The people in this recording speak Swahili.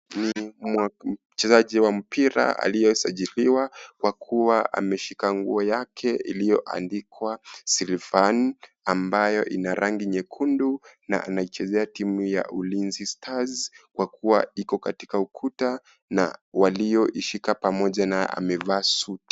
Mchezaji wa mpira aliyesajiliwa kwa kuwa ameshika nguo yake iliyoandikwa Sylvane ambayo ina rangi nyekundu na anaichezea timu ya ulinzi stars kwa kuwa iko katika ukuta na walioishika pamoja na amevaa suti.